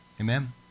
Amen